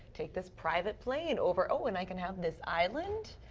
take this private plane over, oh, and i can have this island.